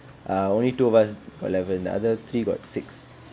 err only two of us got eleven the other three got six